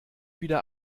wieder